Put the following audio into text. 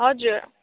हजुर